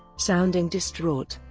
sounding distraught,